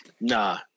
Nah